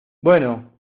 bueno